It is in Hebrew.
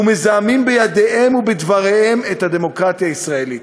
ומזהמים בידיהם ובדבריהם את הדמוקרטיה הישראלית.